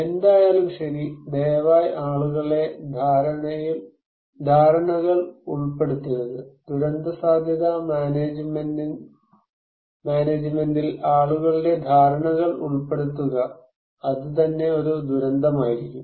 എന്തായാലും ശരി ദയവായി ആളുകളുടെ ധാരണകൾ ഉൾപ്പെടുത്തരുത് ദുരന്തസാധ്യതാ മാനേജ്മെന്റിൽ ആളുകളുടെ ധാരണകൾ ഉൾപ്പെടുത്തുക അത് തന്നെ ഒരു ദുരന്തമായിരിക്കും